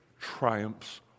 triumphs